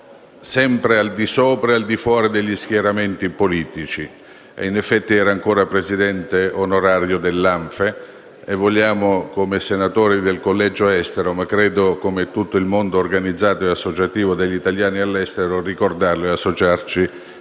sempre al di sopra e al di fuori degli schieramenti politici. E, in effetti, era ancora Presidente onorario dell'ANFE. Come senatori del collegio Estero, ma credo come tutto il mondo organizzato e associativo degli italiani all'estero, vogliamo ricordarlo e associarci